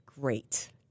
Great